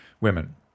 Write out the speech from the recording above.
Women